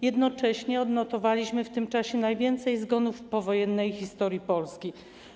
Jednocześnie odnotowaliśmy w tym czasie najwięcej zgonów w powojennej historii Polski.